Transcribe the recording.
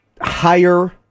higher